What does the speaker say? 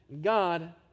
God